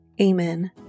Amen